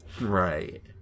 Right